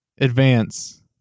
advance